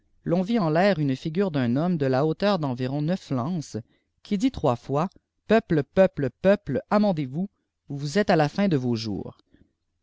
vit en l'air une figure d'un homme de la hauteur d'environ neuf lances qui dit trois fois peuples peuples peuples amendez vous ou vous êtes à la fin de vos jours